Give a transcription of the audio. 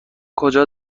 کجا